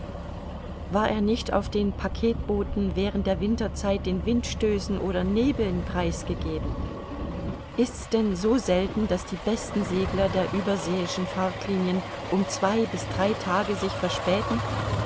war er nicht auf den packetbooten während der winterzeit den windstößen oder nebeln preisgegeben ist's denn so selten daß die besten segler der überseeischen fahrtlinien um zwei bis drei tage sich verspäten